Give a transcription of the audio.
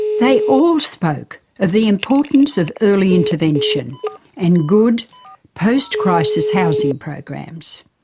they all spoke of the importance of early intervention and good post-crisis housing programs.